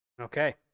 Okay